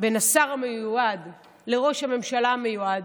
בין השר המיועד לראש הממשלה המיועד,